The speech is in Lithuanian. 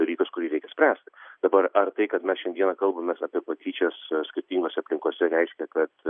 dalykas kurį reikia spręsti dabar ar tai kad mes šiandieną kalbamės apie patyčias skirtingose aplinkose reiškia kad